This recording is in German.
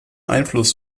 einfluss